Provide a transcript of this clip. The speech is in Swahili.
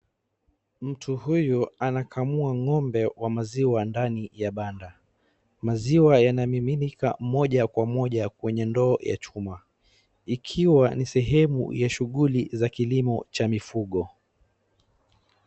Mtu huyu anakamua ng'ombe wa maziwa ndani ya banda. Maziwa yanamiminika moja kwa moja kwenye ndoo ya chuma. Ikiwa ni sehemu ya shughuli za kilimo cha mifugo.